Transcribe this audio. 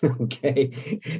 Okay